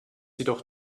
jedoch